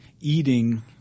eating